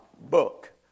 book